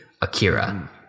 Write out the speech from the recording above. Akira